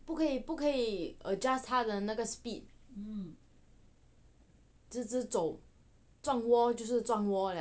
不可以不可以 adjust 他的那个 speed 直直走撞 wall 就是撞 wall 了